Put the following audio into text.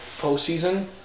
postseason